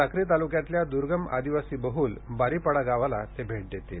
साक्री तालुक्यातील दुर्गम आदिवासी बहल बारीपाडा गावाला ते भेट देतील